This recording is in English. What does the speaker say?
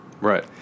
Right